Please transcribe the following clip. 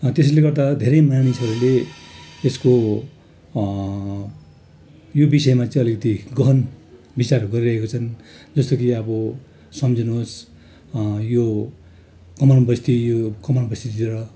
त्यसैले गर्दा धेरै मानिसहरूले यसको यो विषयमा चाहिँ अलिकति गहन विचारहरू गरिरहेको छन् जस्तो कि अब सम्झिनुहोस् यो कमानबस्ती यो कमानबस्तीतिर